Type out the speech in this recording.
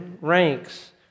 ranks